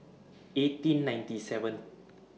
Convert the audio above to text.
eighteen ninety seven